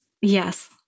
yes